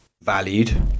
valued